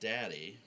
Daddy